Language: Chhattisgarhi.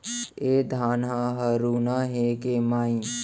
ए धान ह हरूना हे के माई?